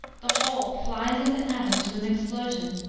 the whole flies into atoms with an explosion.